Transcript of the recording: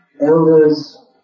elders